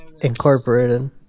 Incorporated